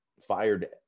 fired